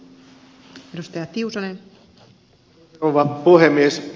arvoisa rouva puhemies